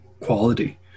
quality